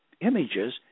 images